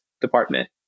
Department